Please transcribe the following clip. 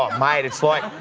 um made it's like